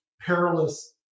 perilous